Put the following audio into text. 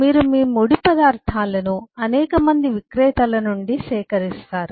మీరు మీ ముడి పదార్థాలను అనేక మంది విక్రేతల నుండి సేకరిస్తారు